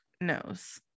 knows